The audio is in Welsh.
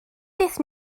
beth